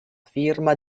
firma